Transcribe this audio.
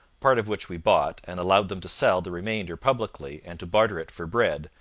part of which we bought, and allowed them to sell the remainder publicly and to barter it for bread,